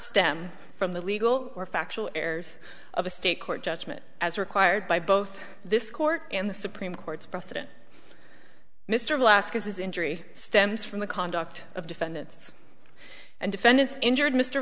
stem from the legal or factual errors of a state court judgment as required by both this court and the supreme court's precedent mr glascock his injury stems from the conduct of defendants and defendants injured mr